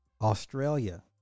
Australia